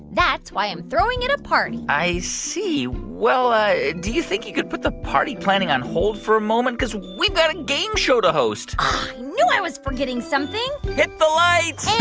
that's why i'm throwing it a party i see. well, do you think you could put the party planning on hold for a moment? because we've got a game show to host i knew i was forgetting something hit the lights